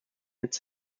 its